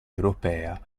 europea